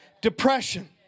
depression